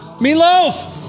Meatloaf